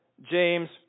James